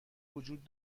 وجود